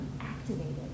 activated